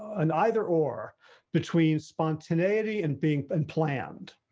an either or between spontaneity and being unplanned.